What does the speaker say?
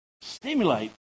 Stimulate